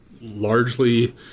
largely